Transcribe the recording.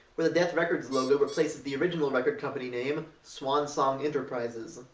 where the death records logo replaces the original record company name, swan song enterprises.